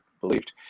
believed